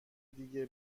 دیگه